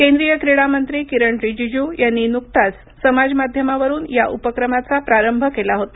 केंद्रीय क्रीडामंत्री किरण रीजिजू यांनी नुकताच समाज माध्यमावरून या उपक्रमाचा प्रारंभ केला होता